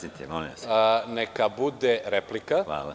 Neka bude replika.